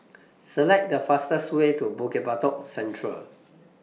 Select The fastest Way to Bukit Batok Central